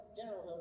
general